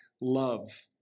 love